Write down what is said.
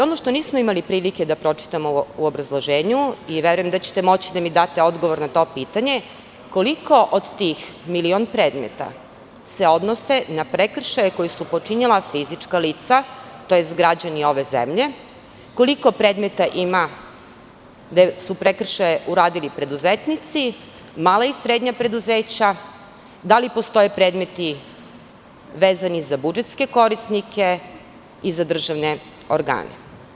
Ono što nismo imali prilike da pročitamo u obrazloženju i verujem da ćete moći da mi date odgovor na to pitanje – koliko od tih milion predmeta se odnosi na prekršaje koja su počinila fizička lica, tj. građani ove zemlje, koliko predmeta ima da su prekršaje uradili preduzetnici, mala i srednja preduzeća, da li postoje predmeti vezani za budžetske korisnike i za državne organe?